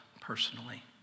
personally